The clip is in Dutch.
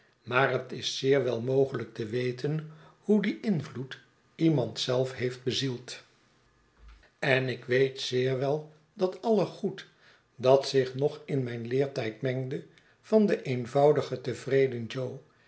maar het is zeer wel mogelijk te weten hoe die invloed iemand zelf heeft bezield en ik weet zeer wel dat alle goed dat zich nog in mijn leertijd mengde van den eenvoudigen tevreden jo